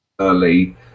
early